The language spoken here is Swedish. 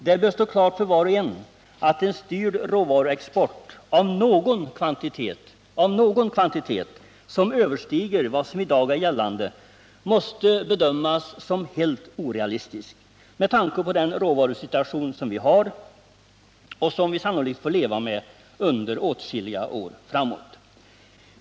Det bör vara klart för var och en att en styrd råvaruexport till en kvantitet som överstiger vad som i dag är gällande måste bedömas som helt orealistisk med tanke på den råvarusituation som vi har och som vi sannolikt får leva med under åtskiliga år framåt.